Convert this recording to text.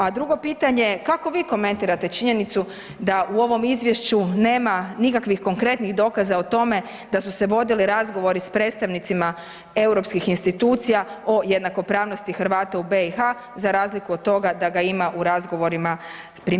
A drugo pitanje kako vi komentirate činjenicu da u ovom izvješću nema nikakvih konkretnih dokaza o tome da su se vodili razgovori s predstavnicima europskih institucija o jednakopravnosti Hrvata u BiH za razliku od toga da ga ima u razgovorima primjerice s Čovićem.